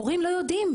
הורים לא יודעים.